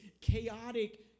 chaotic